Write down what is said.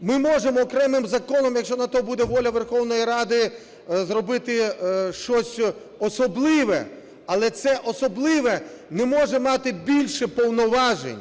Ми можемо окремим законом, якщо на те буде воля Верховної Ради, зробити щось особливе. Але це особливе не може мати більше повноважень,